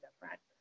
different